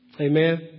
Amen